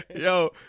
Yo